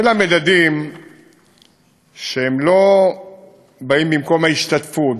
אלה מדדים שלא באים במקום ההשתתפות,